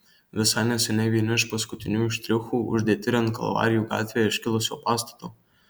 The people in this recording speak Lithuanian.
visai neseniai vieni iš paskutiniųjų štrichų uždėti ir ant kalvarijų gatvėje iškilusio pastato